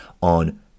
on